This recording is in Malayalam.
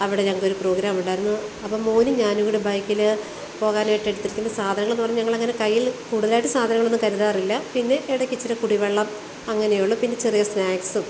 അവിടെ ഞങ്ങൾക്കൊരു പ്രോഗ്രാം ഉണ്ടായിരുന്നു അപ്പം മോനും ഞാനും കൂടെ ബൈക്കിൽ പോകാനായിട്ടെടുത്തിരിക്കുന്ന സാധനങ്ങളെന്ന് പറഞ്ഞാൽ ഞങ്ങളങ്ങനെ കയ്യിൽ കൂടുതലായിട്ട് സാധനങ്ങളൊന്നും കരുതാറില്ല പിന്നെ ഇടക്ക് ഇച്ചിരി കുടിവെള്ളം അങ്ങനെയുള്ളൂ പിന്നെ ചെറിയ സ്നാക്സും